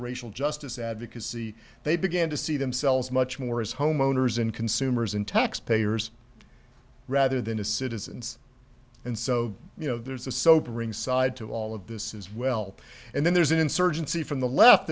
racial justice advocacy they began to see themselves much more as homeowners and consumers in taxpayers rather than a citizens and so you know there's a sobering side to all of this as well and then there's an insurgency from the left